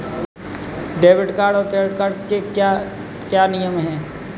Debit card और credit card के क्या क्या नियम हैं?